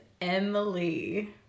Emily